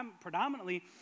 predominantly